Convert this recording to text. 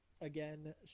Again